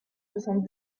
soixante